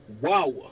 Wow